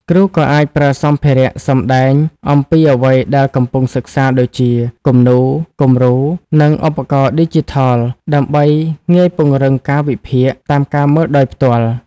គ្រូក៏អាចប្រើសម្ភារៈសម្ដែងអំពីអ្វីដែលកំពុងសិក្សាដូចជា គំនូរ គំរូ និងឧបករណ៍ឌីជីថល ដើម្បីងាយពង្រឹងការវិភាគ តាមការមើលដោយផ្ទាល់។